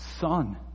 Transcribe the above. Son